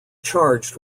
charged